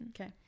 Okay